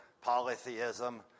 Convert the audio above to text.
Polytheism